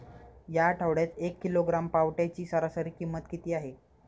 या आठवड्यात एक किलोग्रॅम पावट्याची सरासरी किंमत किती आहे?